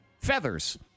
Feathers